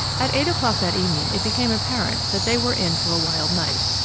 at eight o'clock that evening it became apparent that they were in for a wild night.